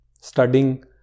studying